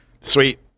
Sweet